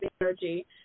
energy